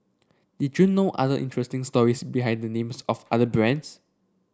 did you know other interesting stories behind the names of other brands